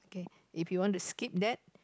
okay if you want to skip that